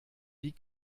wie